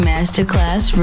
Masterclass